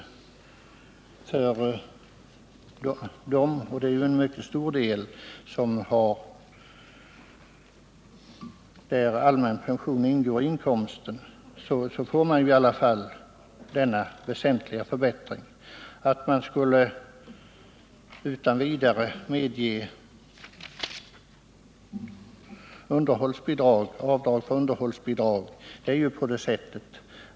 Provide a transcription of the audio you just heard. För många människor ingår allmän pension i inkomsten, och de får nu i alla fall denna väsentliga förbättring. Att utan vidare medge avdrag för underhållsbidrag är inte möjligt.